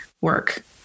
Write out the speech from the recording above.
work